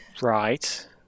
Right